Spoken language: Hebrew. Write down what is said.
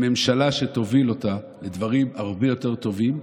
לממשלה שתוביל אותו לדברים הרבה יותר טובים,